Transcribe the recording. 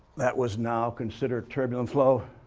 that was now considered turbulent flow.